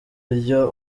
byo